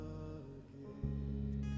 again